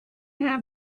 have